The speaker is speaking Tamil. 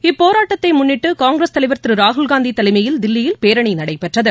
இப்போராட்டத்தை முன்னிட்டு காங்கிரஸ் தலைவா் திரு ராகுல்காந்தி தலைமையில் தில்லியில் பேரணி நடைபெற்றது